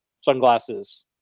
sunglasses